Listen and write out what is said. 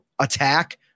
attack